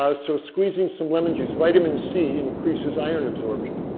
ah so squeezing some lemon juice vitamin c increases iron absorption.